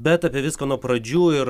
bet apie viską nuo pradžių ir